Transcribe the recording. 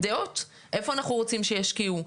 דעות איפה אנחנו רוצים שישקיעו,